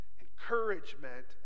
encouragement